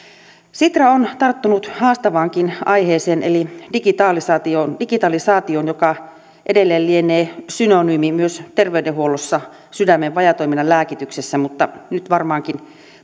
sitra on tarttunut haastavaankin aiheeseen eli digitalisaatioon digitalisaatioon joka edelleen lienee synonyymi myös terveydenhuollossa sydämen vajaatoiminnan lääkityksessä mutta nyt varmaankin